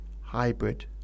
hybrid